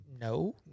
No